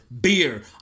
Beer